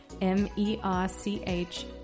M-E-R-C-H